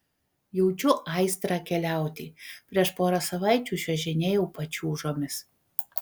jaučiu aistrą keliauti prieš porą savaičių čiuožinėjau pačiūžomis